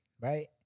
Right